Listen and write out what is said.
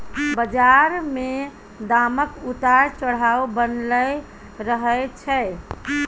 बजार मे दामक उतार चढ़ाव बनलै रहय छै